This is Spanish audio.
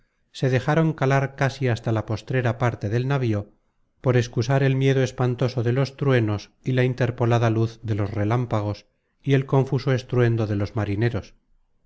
se dejaron calar casi hasta la postrera parte del navío por excusar el miedo espantoso de los truenos y la interpolada luz de los relámpagos y el confuso estruendo de los marineros